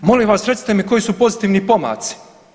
Molim vas recite mi koji su pozitivni pomaci?